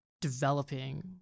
developing